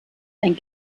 ein